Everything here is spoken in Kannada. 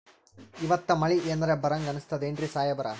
ಇವತ್ತ ಮಳಿ ಎನರೆ ಬರಹಂಗ ಅನಿಸ್ತದೆನ್ರಿ ಸಾಹೇಬರ?